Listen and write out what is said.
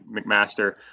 McMaster